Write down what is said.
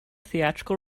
theatrical